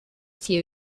few